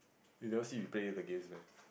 you never see we play the games meh